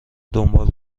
دنبال